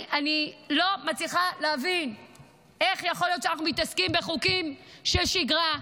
אני לא מצליחה להבין איך יכול להיות שאנחנו מתעסקים בחוקים של שגרה,